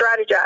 strategize